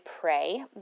Pray